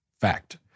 fact